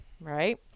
Right